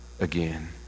again